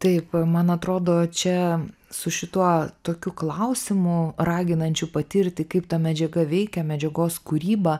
taip man atrodo čia su šituo tokiu klausimu raginančiu patirti kaip ta medžiaga veikia medžiagos kūryba